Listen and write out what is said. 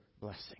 blessing